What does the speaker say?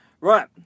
Right